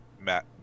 Matt